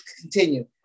continue